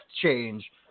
change